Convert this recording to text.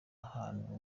ahantu